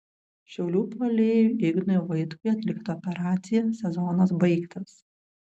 šiaulių puolėjui ignui vaitkui atlikta operacija sezonas baigtas